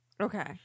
Okay